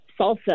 salsa